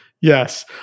yes